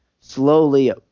slowly